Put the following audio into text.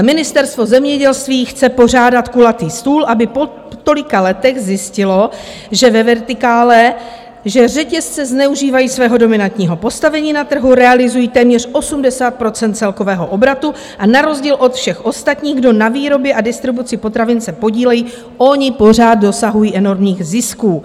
Ministerstvo zemědělství chce pořádat kulatý stůl, aby po tolika letech zjistilo, že ve vertikále řetězce zneužívají svého dominantního postavení na trhu, realizují téměř 80 % celkového obratu a na rozdíl od všech ostatních, kdo na výrobě a distribuci potravin se podílejí, oni pořád dosahují enormních zisků.